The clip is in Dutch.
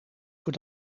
voor